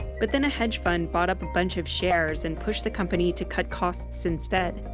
but then a hedge fund bought up a bunch of shares and pushed the company to cut costs instead.